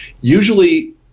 usually